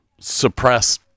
suppress